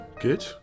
good